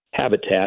habitat